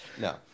No